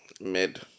Mid